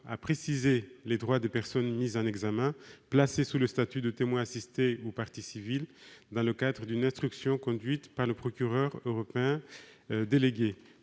a précisé les droits des personnes mises en examen, placées sous le statut de témoin assisté ou s'étant constituées parties civiles dans le cadre d'une instruction conduite par le procureur européen délégué.